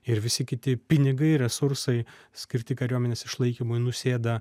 ir visi kiti pinigai resursai skirti kariuomenės išlaikymui nusėda